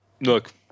Look